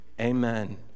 Amen